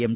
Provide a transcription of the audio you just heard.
M